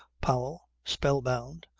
powell, spell-bound,